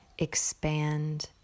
expand